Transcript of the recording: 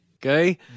Okay